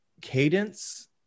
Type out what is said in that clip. cadence